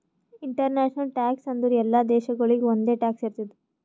international tax ಅಂದುರ್ ಎಲ್ಲಾ ದೇಶಾಗೊಳಿಗ್ ಒಂದೆ ಟ್ಯಾಕ್ಸ್ ಇರ್ತುದ್